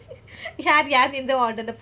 யாரு யாரு எந்த: yaaru yaaru enthe